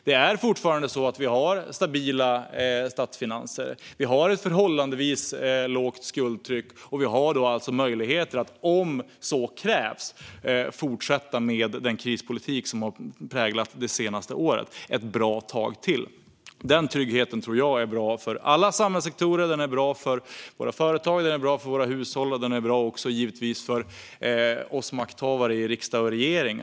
Vi har fortfarande stabila statsfinanser, och vi har ett förhållandevis lågt skuldtryck. Vi har därför möjlighet att ett bra tag till fortsätta med den krispolitik som har präglat det senaste året, som så skulle krävas. Denna trygghet är bra, tror jag, för alla samhällssektorer. Den är bra för våra företag, hushåll och givetvis oss makthavare i riksdag och regering.